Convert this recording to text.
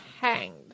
hanged